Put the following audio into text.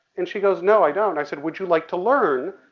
and she goes, no, i don't. i said, would you like to learn?